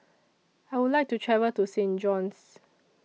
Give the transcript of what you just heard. I Would like to travel to Saint John's